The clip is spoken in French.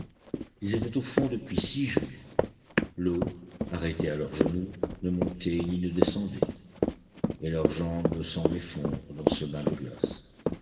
ils étaient au fond depuis six jours l'eau arrêtée à leurs genoux ne montait ni ne descendait et leurs jambes semblaient fondre dans ce bain de glace